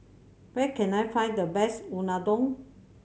where can I find the best Unadon